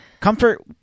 comfort